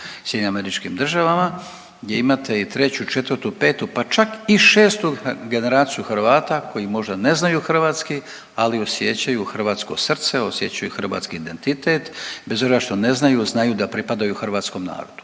bio sam i u SAD-u gdje imate i treću, četvrtu, petu pa čak i šestu generaciju Hrvata koji možda ne znaju hrvatski, ali osjećaju hrvatsko srce, osjećaju hrvatski identitet bez obzira što ne znaju da pripadaju hrvatskom narodu.